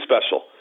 special